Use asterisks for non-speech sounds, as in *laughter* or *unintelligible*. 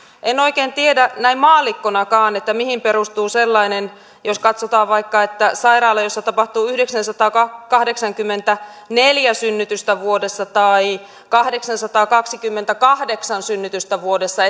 en oikein tiedä näin maallikkonakaan että mihin perustuu sellainen jos katsotaan vaikka sairaalaa jossa tapahtuu yhdeksänsataakahdeksankymmentäneljä synnytystä vuodessa tai kahdeksansataakaksikymmentäkahdeksan synnytystä vuodessa *unintelligible*